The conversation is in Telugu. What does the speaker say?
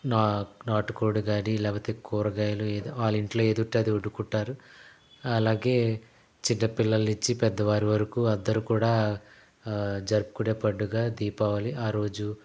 నా నాటుకోడి కాని లేకపోతే కూరగాయలు ఏదో వాళ్ళ ఇంట్లో ఏది ఉంటే అది వండుకుంటారు అలాగే చిన్నపిల్లలు నుంచి పెద్దవారి వరకు అందరు కూడా జరుపుకునే పండుగ దీపావళి ఆ రోజు